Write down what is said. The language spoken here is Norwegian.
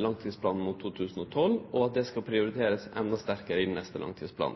langtidsplanen mot 2012, og at dei skal prioriterast enda sterkare i den neste